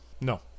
no